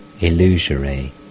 illusory